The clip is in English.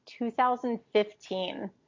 2015